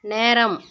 நேரம்